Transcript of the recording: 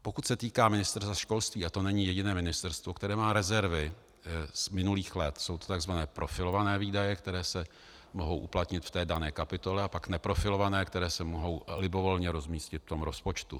Pokud se týká Ministerstva školství, a to není jediné ministerstvo, které má rezervy z minulých let, jsou to takzvané profilované výdaje, které se mohou uplatnit v dané kapitole, a pak neprofilované, které se mohou libovolně rozmístit v rozpočtu.